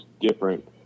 different